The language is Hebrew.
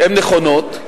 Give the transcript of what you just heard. הן נכונות.